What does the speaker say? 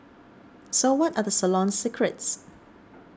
so what are the salon's secrets